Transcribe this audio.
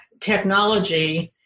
technology